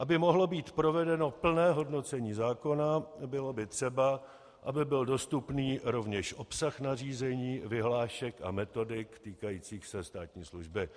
Aby mohlo být provedeno plné hodnocení zákona, bylo by třeba, aby byl dostupný rovněž obsah nařízení, vyhlášek a metodik týkajících se státní služby.